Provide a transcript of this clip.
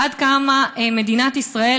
עד כמה מדינת ישראל,